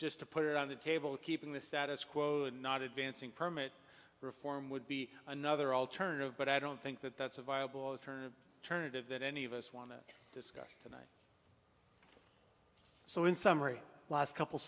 just to put it on the table keeping the status quo and not advancing permit reform would be another alternative but i don't think that that's a viable alternative turnit of that any of us want to do so in summary last couple